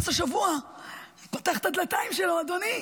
השבוע בג"ץ פתח את הדלתיים שלו, אדוני,